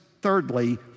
thirdly